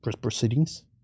proceedings